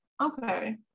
Okay